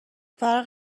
فرق